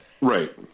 Right